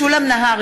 נגד משולם נהרי,